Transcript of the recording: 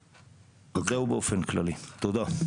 זהו באופן כללי, תודה.